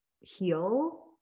heal